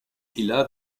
ila